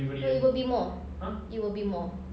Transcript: it will be more it will be more